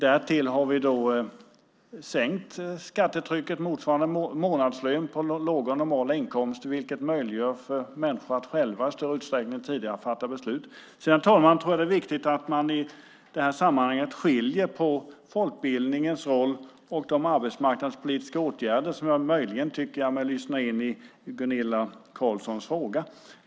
Därtill har vi sänkt skattetrycket motsvarande en månadslön för normala inkomster vilket möjliggör för människor själva att i större utsträckning än tidigare fatta beslut. Herr talman! Jag tror att det är viktigt att man i det här sammanhanget skiljer på folkbildningen och de arbetsmarknadspolitiska åtgärder som jag möjligen tycker mig lyssna in i Gunilla Carlssons fråga.